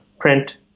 print